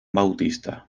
bautista